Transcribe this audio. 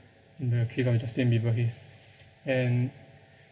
and the case like justin bieber case and